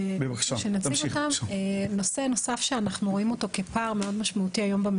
ובגדול זה שוק מאוד מאוד ריכוזי.